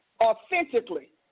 authentically